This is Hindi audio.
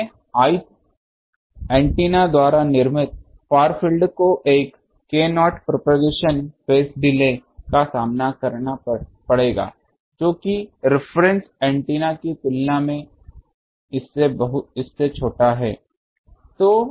इसलिए i th एंटीना द्वारा निर्मित फार फील्ड को एक k not propagation phase delay का सामना करना पड़ेगा जो कि रिफरेन्स एंटीना की तुलना में इससे छोटा है